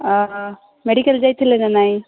medical ଯାଇଥିଲେ ନାଁ ନାଇଁ